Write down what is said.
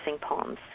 poems